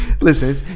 listen